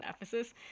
Ephesus